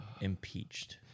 impeached